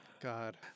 God